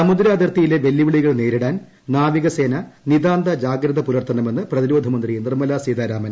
സമുദ്രാതിർത്തിയിലെ വെല്ലുവിളികൾ നേരിടാൻ നാവികസേന നിതാന്ത ജാഗ്രത പൂലർത്തണമെന്ന് പ്രതിരോധമന്ത്രി നിർമ്മലാ സീതാരാമൻ